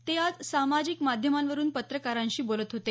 ते आज सामाजिक माध्यमांवरून पत्रकारांशी बोलत होते